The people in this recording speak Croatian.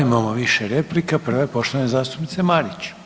Imamo više replika, prva je poštovane zastupnice Marić.